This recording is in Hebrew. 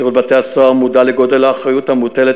שירות בתי-הסוהר מודע לגודל האחריות המוטלת